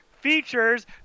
features